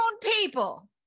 people